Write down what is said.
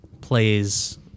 plays